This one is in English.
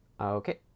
Okay